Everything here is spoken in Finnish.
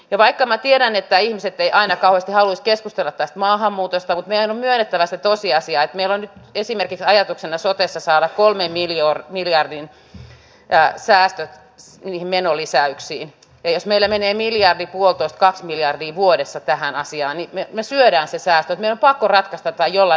ja vaikka mä tiedän että ihmiset ei ainakaan halua keskustella maahanmuutosta vielä kyettävä se tosiasia että vielä esimerkit ajatuksena sateessa saada kolmen miljoonan miljardien jää säästöt niihin menolisäyksiin esineellä menee miljardin vuotuista miljardi vuodessa tähän asiaan ei me syödään sisään jopa paras tapa jolla